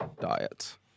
diet